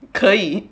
可以